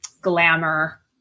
glamour